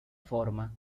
forma